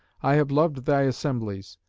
i have loved thy assemblies,